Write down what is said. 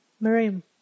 Miriam